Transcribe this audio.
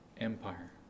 empire